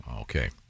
okay